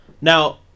Now